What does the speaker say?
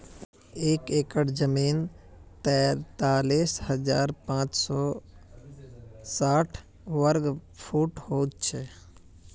एक एकड़ जमीन तैंतालीस हजार पांच सौ साठ वर्ग फुट हो छे